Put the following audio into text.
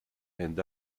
and